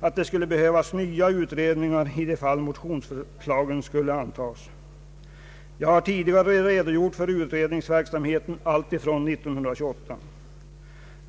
att det skulle behövas nya utredningar i det fall motionsförslagen skulle antagas. Jag har tidigare redogjort för utredningsverksamheten alltifrån år 1928.